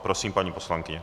Prosím, paní poslankyně.